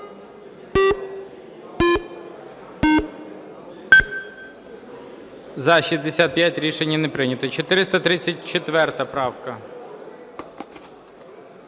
За-65 Рішення не прийнято. 449 правка.